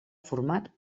format